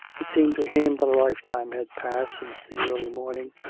it seemed to him that a lifetime had passed since the early morning,